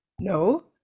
no